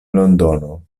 londono